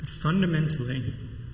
Fundamentally